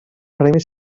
premi